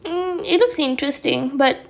mmhmm it looks interesting but